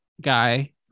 guy